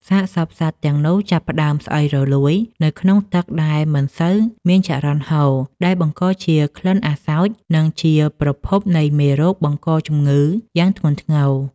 សាកសពសត្វទាំងនោះចាប់ផ្ដើមស្អុយរលួយនៅក្នុងទឹកដែលមិនសូវមានចរន្តហូរ ដែលបង្កជាក្លិនអាសោច និងជាប្រភពនៃមេរោគបង្កជំងឺយ៉ាងធ្ងន់ធ្ងរ។